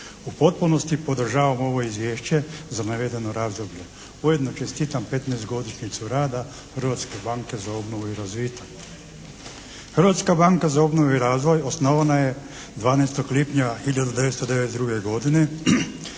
U potpunosti podržavam ovo Izvješće za navedeno razdoblje. Ujedno čestitam 15. godišnjicu rada Hrvatske banke za obnovu i razvitak. Hrvatska banka za obnovu i razvoj osnovana je 12. lipnja 1992. godine